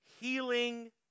healing